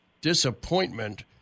disappointment